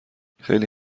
خیلی